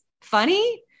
funny